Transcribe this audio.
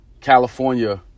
California